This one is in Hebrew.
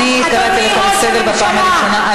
אני קראתי אותך לסדר בפעם הראשונה.